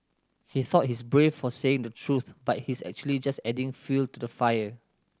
he thought he's brave for saying the truth but he's actually just adding fuel to the fire